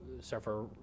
suffer